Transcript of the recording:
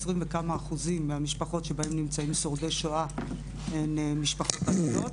20 וכמה אחוזים מהמשפחות שבהן נמצאים שורדי שואה הן משפחות עניות.